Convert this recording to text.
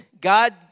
God